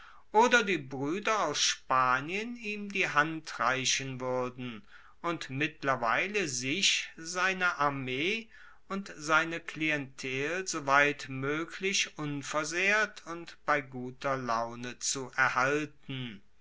oder die brueder aus spanien ihm die hand reichen wuerden und mittlerweile sich seine armee und seine klientel soweit moeglich unversehrt und bei guter laune zu erhalten